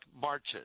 marches